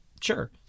Sure